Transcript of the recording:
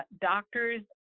doctors